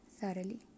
thoroughly